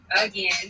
again